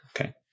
okay